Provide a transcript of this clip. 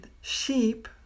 sheep